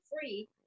free